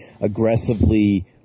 aggressively